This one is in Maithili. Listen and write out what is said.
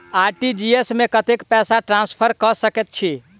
आर.टी.जी.एस मे कतेक पैसा ट्रान्सफर कऽ सकैत छी?